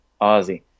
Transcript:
Ozzy